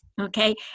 okay